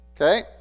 okay